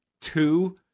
two